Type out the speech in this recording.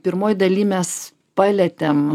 pirmoj daly mes palietėm